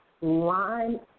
line